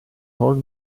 old